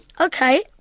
Okay